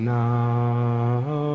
now